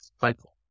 cycle